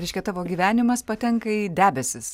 reiškia tavo gyvenimas patenka į debesis